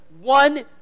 one